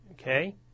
okay